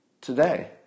today